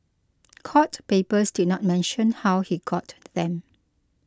court papers did not mention how he got them